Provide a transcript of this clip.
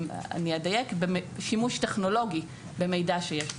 אני אדייק ואומר שימוש טכנולוגי במידע שיש במערכת.